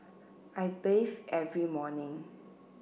I bathe every morning